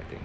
mm